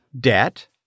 debt